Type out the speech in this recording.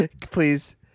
please